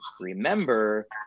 remember